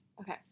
Okay